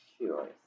Sure